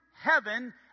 heaven